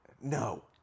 No